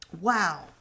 wow